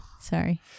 Sorry